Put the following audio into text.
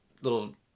little